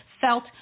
felt